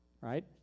right